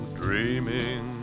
dreaming